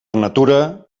natura